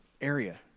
area